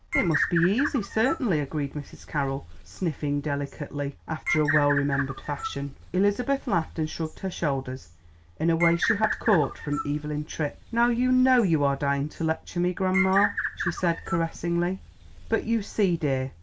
it must be easy, certainly, agreed mrs. carroll, sniffing delicately, after a well-remembered fashion. elizabeth laughed and shrugged her shoulders in a way she had caught from evelyn tripp. now you know you are dying to lecture me, grandma, she said caressingly but you see, dear,